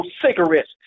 cigarettes